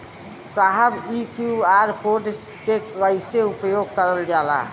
साहब इ QR code के कइसे उपयोग करल जाला?